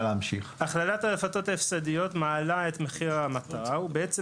הכללת הרפתות ההפסדיות מעלה את מחיר המטרה וזה בעצם